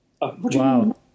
Wow